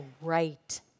right